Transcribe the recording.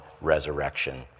resurrection